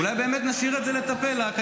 אולי באמת נשאיר את זה לאקדמיה,